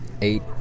eight